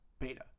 Beta